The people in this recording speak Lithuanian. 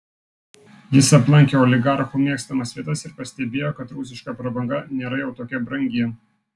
jis aplankė oligarchų mėgstamas vietas ir pastebėjo kad rusiška prabanga nėra jau tokia brangi